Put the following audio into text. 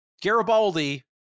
Garibaldi